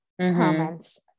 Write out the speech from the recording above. comments